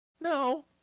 no